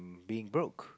being broke